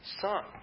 son